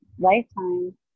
lifetime